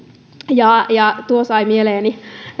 tuo sai mieleeni